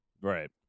right